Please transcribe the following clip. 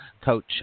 coach